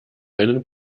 einen